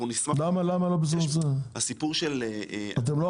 למה זה לא הסמכות שלכם,